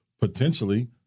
Potentially